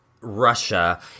Russia